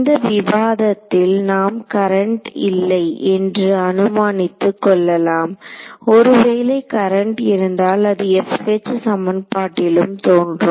இந்த விவாதத்தில் நாம் கரண்ட் இல்லை என்று அனுமானித்துக் கொள்ளலாம் ஒருவேளை கரண்ட் இருந்தால் அது சமன்பாட்டிலும் தோன்றும்